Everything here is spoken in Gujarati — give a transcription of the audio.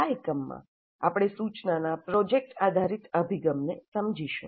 આ એકમમાં આપણે સૂચનાના પ્રોજેક્ટ આધારિત અભિગમને સમજીશું